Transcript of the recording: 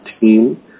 team